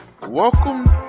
welcome